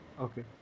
Okay